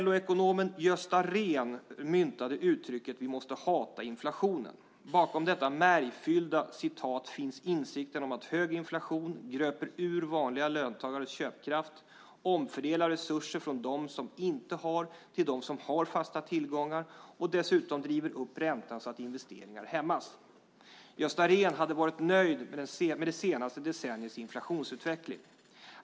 LO-ekonomen Gösta Rehn myntade uttrycket "Vi måste hata inflationen". Bakom detta märgfyllda citat finns insikten om att hög inflation gröper ur vanliga löntagares köpkraft, omfördelar resurser från dem som inte har till dem som har fasta tillgångar och dessutom driver upp räntan, så att investeringar hämmas. Gösta Rehn hade varit nöjd med det senaste decenniets inflationsutveckling.